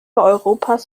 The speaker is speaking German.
europas